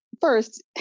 first